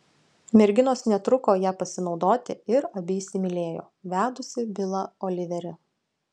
merginos netruko ja pasinaudoti ir abi įsimylėjo vedusį bilą oliverį